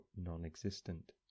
non-existent